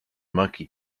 monkey